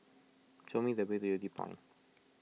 show me the way to Yew Tee Point